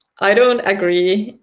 i don't agree.